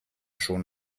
schon